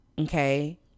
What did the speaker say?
Okay